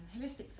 holistic